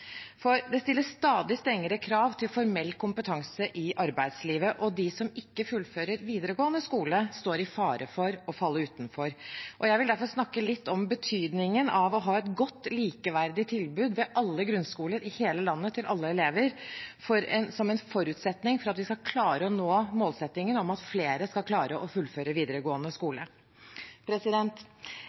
Det stilles stadig strengere krav til formell kompetanse i arbeidslivet, og de som ikke fullfører videregående skole, står i fare for å falle utenfor. Jeg vil derfor snakke litt om betydningen av å ha et godt, likeverdig tilbud ved alle grunnskoler i hele landet, til alle elever, som en forutsetning for at vi skal klare å nå målsettingen om at flere skal klare å fullføre videregående skole.